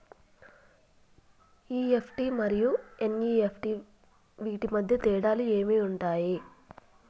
EFT మరియు NEFT వీటి మధ్య తేడాలు ఏమి ఉంటాయి?